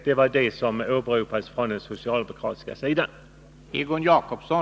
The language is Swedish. Det var det som åberopades från den socialdemokratiska sidan.